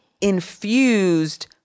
infused